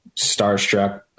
starstruck